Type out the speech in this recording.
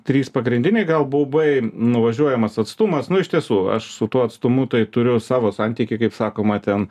trys pagrindiniai gal baubai nuvažiuojamas atstumas nu iš tiesų aš su tuo atstumu tai turiu savo santykį kaip sakoma ten